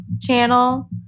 channel